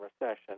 recession